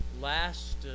last